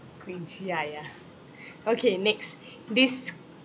cringe ah yeah okay next